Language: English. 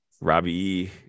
Robbie